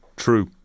True